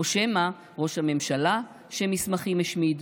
/ או שמא ראש הממשלה שמסמכים השמיד?